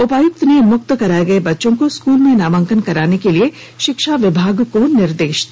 उपायुक्त ने मुक्त कराये गए बच्चों को स्कूल में नामांकन कराने के लिए शिक्षा विभाग को निर्देश दिया